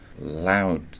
loud